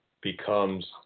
becomes